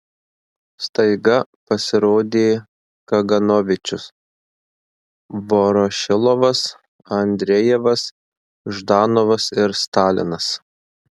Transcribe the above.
staiga pasirodė kaganovičius vorošilovas andrejevas ždanovas ir stalinas